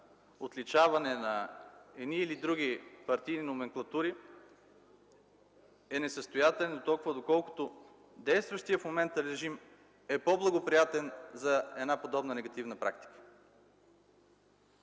отличаване на едни или други партийни номенклатури, е несъстоятелен, доколкото действащият в момента режим е по-благоприятен за подобна негативна практика.